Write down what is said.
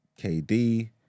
KD